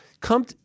come